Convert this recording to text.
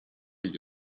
gli